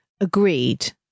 Agreed